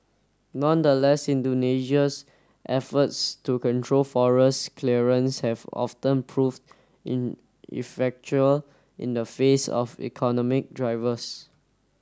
nonetheless Indonesia's efforts to control forest clearance have often proved ineffectual in the face of economic drivers